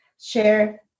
share